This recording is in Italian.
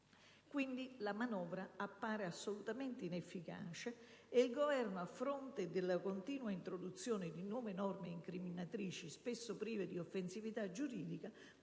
Quindi, la manovra appare assolutamente inefficace e il Governo, a fronte della continua introduzione di nuove norme incriminatrici, spesso riferite a condotte prive di offensività giuridica,